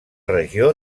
regió